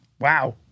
Wow